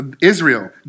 Israel